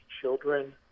Children